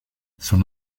son